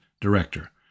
director